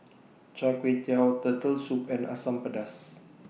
Char Kway Teow Turtle Soup and Asam Pedas